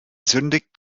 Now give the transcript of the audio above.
sündigt